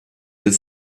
del